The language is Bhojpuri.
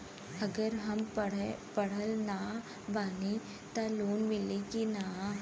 अगर हम पढ़ल ना बानी त लोन मिली कि ना?